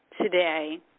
today